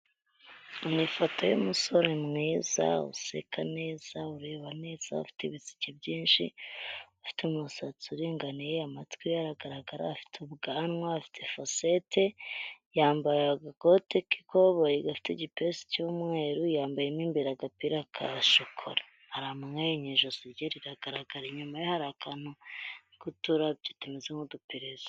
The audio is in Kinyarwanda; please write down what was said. Ni ifoto y'umusore mwiza, useka neza, ureba neza, afite ibisike byinshi, ufite umusatsi uringaniye, amatwi ye aragaragara, afite ubwanwa, afite fosete, yambaye agakote k'ikoboyi gafite igipesu cy'umweru, yambaye mu imbere agapira ka shokora. Aramwenyuye ijosi rye riragaragara, inyuma ye hari akantu k'uturabyo tumeze nk'uduperereza.